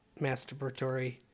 masturbatory